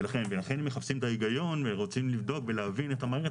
ולכן אם מחפשים את ההיגיון ורוצים לבדוק ולהבין את המערכת,